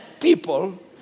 people